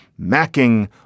macking